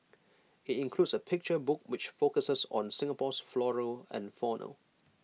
IT includes A picture book which focuses on Singapore's flora and fauna